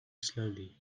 slowly